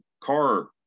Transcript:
car